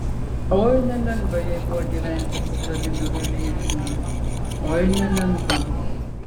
oi nelengva jai buvo gyventi su vladimiru iljičiumi oi nelengva